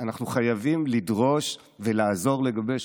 אנחנו חייבים לדרוש ולעזור לגבש,